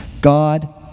God